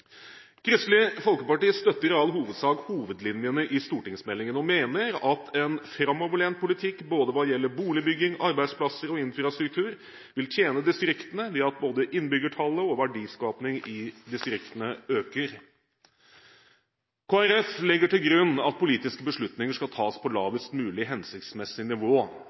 Kristelig Folkeparti støtter i all hovedsak hovedlinjene i stortingsmeldingen og mener at en framoverlent politikk både hva gjelder boligbygging, arbeidsplasser og infrastruktur, vil tjene distriktene ved at både innbyggertallet og verdiskapingen i distriktene øker. Kristelig Folkeparti legger til grunn at politiske beslutninger skal tas på lavest mulig hensiktsmessig nivå.